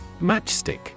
Matchstick